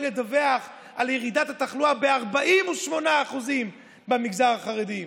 לדווח על ירידת התחלואה ב-48% במגזר החרדי,